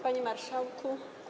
Panie Marszałku!